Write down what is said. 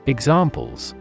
Examples